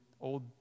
old